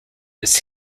its